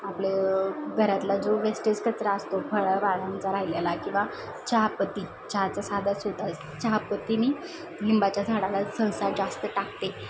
आपलं घरातला जो वेस्टेज कचरा असतो फळं भाज्यांचा राहिलेला किंवा चहापत्ती चहाचं साधंसुधं चहापत्तीनी लिंबाच्या झाडाला सहसा जास्त टाकते